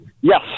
Yes